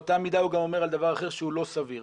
באותה מידה הוא גם אומר על דבר אחר שהוא לא סביר.